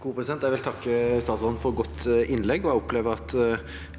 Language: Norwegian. takke statsråden for et godt innlegg. Jeg opplever at